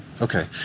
Okay